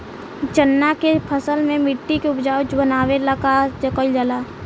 चन्ना के फसल में मिट्टी के उपजाऊ बनावे ला का कइल जाला?